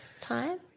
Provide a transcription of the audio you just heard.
time